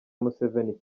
museveni